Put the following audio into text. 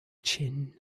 chin